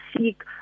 seek